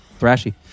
thrashy